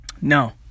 No